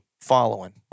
following